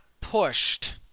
pushed